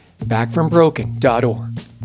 backfrombroken.org